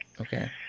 Okay